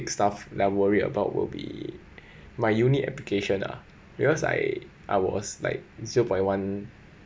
stuff that I worry about will be my uni application ah because I I was like zero point one